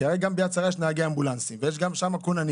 כי הרי גם ביד שרה יש נהגי אמבולנסים ויש גם שם כוננים